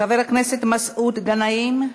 חבר הכנסת מסעוד גנאים,